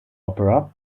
opera